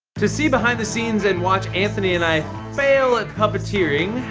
to see behind-the-scenes and watch anthony and i fail at puppeteering.